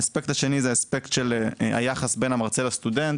האספקט השני הוא אספק של היחס בין המרצה לסטודנט,